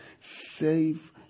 save